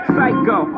Psycho